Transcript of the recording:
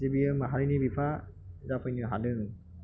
दि बियो माहारिनि बिफा जाफैनो हादों